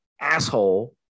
asshole